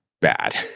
Bad